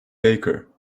baker